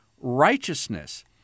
righteousness